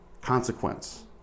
consequence